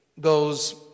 goes